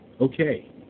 Okay